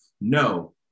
No